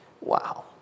Wow